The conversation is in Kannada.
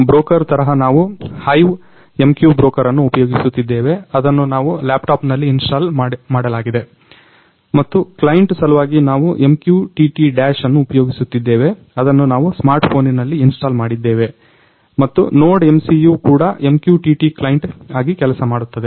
ಬ್ರೋಕರ್ ತರಹ ನಾವು HiveMQ ಬ್ರೋಕರ್ ಅನ್ನು ಉಪಯೋಗಿಸಿದ್ದೇವೆ ಅದನ್ನ ನಾವು ಲ್ಯಾಪ್ಟ್ಯಾಪ್ ನಲ್ಲಿ ಇನ್ಸ್ಟಾಲ್ ಮಾಡಲಾಗಿದೆ ಮತ್ತು ಕ್ಲೈಂಟ್ ಸಲುವಾಗಿ ನಾವು MQTT Dash ಅನ್ನು ಉಪಯೋಗಿಸುತ್ತಿದ್ದೇವೆ ಅದನ್ನ ನಾವು ಸ್ಮಾರ್ಟ್ ಪೋನಿನಲ್ಲಿ ಇನ್ಸ್ಟಾಲ್ ಮಾಡಿದ್ದೇವೆ ಮತ್ತು NodeMCU ಕೂಡ MQTT ಕ್ಲೈಂಟ್ ಆಗಿ ಕೆಲಸಮಾಡುತ್ತದೆ